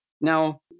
Now